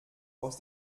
aus